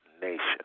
nation